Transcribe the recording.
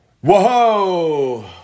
Whoa